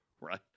right